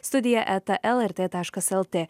studija eta lrt taškas lt